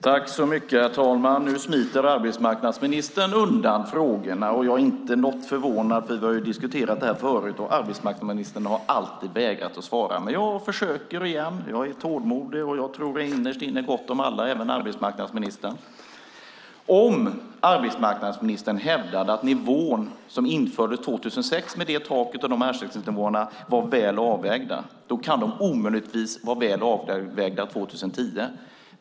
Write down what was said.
Herr talman! Nu smiter arbetsmarknadsministern undan frågorna. Jag är inte förvånad eftersom vi har diskuterat dem förut och arbetsmarknadsministern alltid har vägrat att svara. Jag försöker igen. Jag är tålmodig, och jag tror innerst inne gott om alla - även arbetsmarknadsministern. Om arbetsmarknadsministern hävdade att nivån som infördes 2006 med det taket och de ersättningsnivåerna var väl avvägda, kan de omöjligtvis vara väl avvägda 2010.